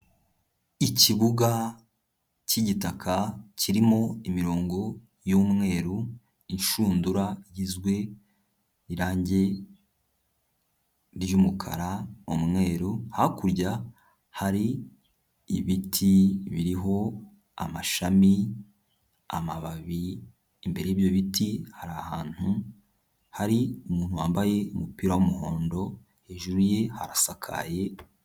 Ikibuga cy'igitaka kirimo imirongo y'umweru, inshundura igizwe irange ry'umukara, umweru hakurya hari ibiti biriho amashami, amababi, imbere y'ibyo biti hari ahantu hari umuntu wambaye umupira w'umuhondo, hejuru ye harasakaye...